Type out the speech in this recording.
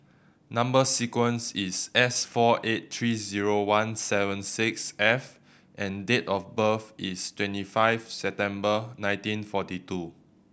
number sequence is S four eight three zero one seven six F and date of birth is twenty five September nineteen forty two